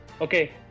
Okay